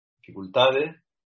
dificultades